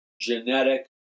genetic